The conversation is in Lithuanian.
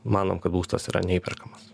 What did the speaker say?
manom kad būstas yra neįperkamas